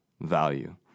value